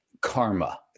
karma